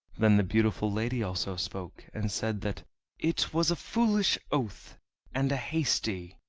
then the beautiful lady also spoke, and said that it was a foolish oath and a hasty,